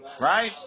right